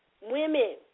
women